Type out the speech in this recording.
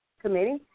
Committee